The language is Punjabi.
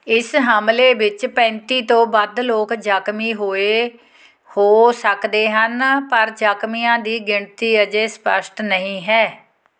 ਇਸ ਹਮਲੇ ਵਿੱਚ ਪੈਂਤੀ ਤੋਂ ਵੱਧ ਲੋਕ ਜ਼ਖ਼ਮੀ ਹੋਏ ਹੋ ਸਕਦੇ ਹਨ ਪਰ ਜ਼ਖ਼ਮੀਆਂ ਦੀ ਗਿਣਤੀ ਅਜੇ ਸਪਸ਼ਟ ਨਹੀਂ ਹੈ